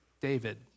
David